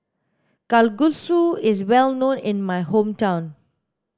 kalguksu is well known in my hometown